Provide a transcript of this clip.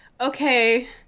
okay